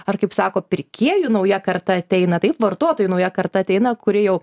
ar kaip sako pirkėjų nauja karta ateina taip vartotojų nauja karta ateina kuri jau